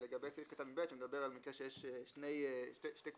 לגבי סעיף (ב), שמדבר על מקרה שיש שתי קבוצות